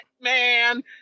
man